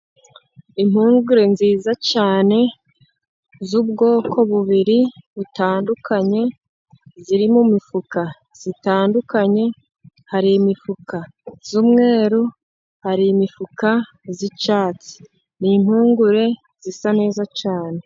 Impugure nziza cyane z'ubwoko bubiri butandukanye, ziri mu mifuka itandukanye. Hari imifuka y'umweru, hari imifuka y'icyatsi. Ni impungure zisa neza cyane.